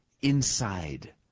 inside